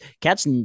Cat's